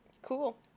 Cool